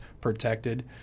protected